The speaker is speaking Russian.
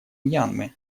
мьянмы